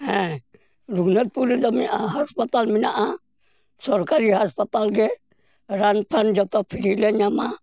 ᱦᱮᱸ ᱨᱟᱹᱜᱷᱩᱱᱟᱛᱷᱯᱩᱨ ᱨᱮᱫᱚ ᱢᱮᱱᱟᱜᱼᱟ ᱦᱟᱥᱯᱟᱛᱟᱞ ᱢᱮᱱᱟᱜᱼᱟ ᱥᱚᱨᱠᱟᱨᱤ ᱦᱟᱥᱯᱟᱛᱟᱞ ᱜᱮ ᱨᱟᱱᱼᱯᱷᱟᱱ ᱡᱚᱛᱚ ᱯᱷᱤᱨᱤ ᱞᱮ ᱧᱟᱢᱟ